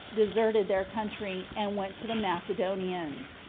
deserted their country, and went to the macedonians.